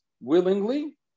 willingly